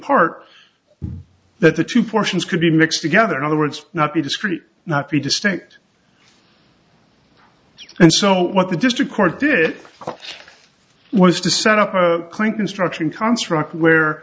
part that the two portions could be mixed together in other words not be discrete not be distinct and so what the district court did was to set up a claim construction construct where